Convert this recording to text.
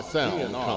Sound